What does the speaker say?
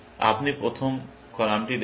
আপনি প্রথম কলামটি দেখছেন